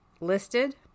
listed